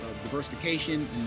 Diversification